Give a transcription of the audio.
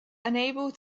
unable